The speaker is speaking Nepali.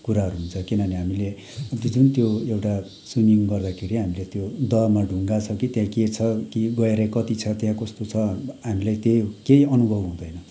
कुराहरू हुन्छ किनभने हामीले उत्यो जुन त्यो एउटा स्विमिङ गर्दाखेरि हामीले त्यो दहमा ढुङ्गा छ कि त्यहाँ के छ कि गहिराइ कति छ त्यहाँ कस्तो छ हामीलाई त्यही केही अनुभव हुँदैन